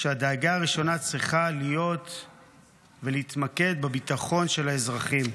כשהדאגה הראשונה צריכה להיות ולהתמקד בביטחון של האזרחים.